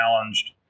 challenged